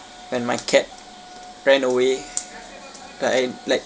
when my cat ran away uh I like